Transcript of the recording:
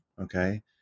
okay